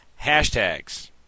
hashtags